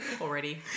already